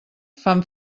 fan